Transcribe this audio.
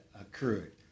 occurred